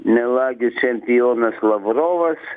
melagių čempionas lavrovas